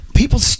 People